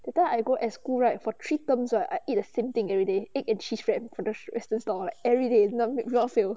that time I go at school right for three terms right I eat the same thing everyday egg and cheese wrapped from the western store like everyday not make without fail